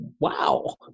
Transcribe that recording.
wow